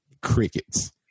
Crickets